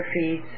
feeds